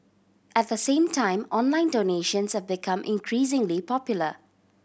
at the same time online donations have become increasingly popular